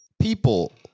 People